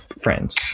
friends